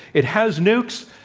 it has nukes,